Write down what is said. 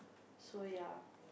so ya